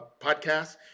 podcast